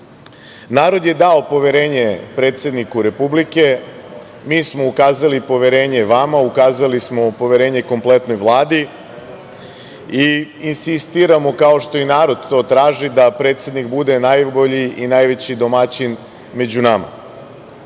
Narod je dao poverenje predsedniku Republike. Mi smo ukazali poverenje vama, ukazali smo poverenje kompletnoj Vladi i insistiramo, kao što narod to traži da predsednik bude najbolji i najveći domaćin među nama.